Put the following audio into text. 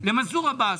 למנסור עבאס.